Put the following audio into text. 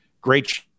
great